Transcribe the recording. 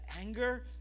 anger